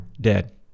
dead